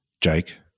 Jake